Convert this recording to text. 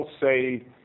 say